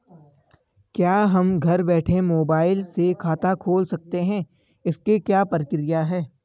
क्या हम घर बैठे मोबाइल से खाता खोल सकते हैं इसकी क्या प्रक्रिया है?